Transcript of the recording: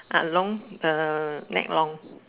ah long uh neck long